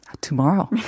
tomorrow